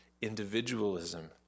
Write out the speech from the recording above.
individualism